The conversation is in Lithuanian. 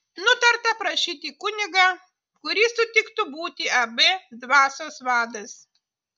nutarta prašyti kunigą kuris sutiktų būti eb dvasios vadas